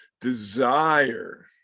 desire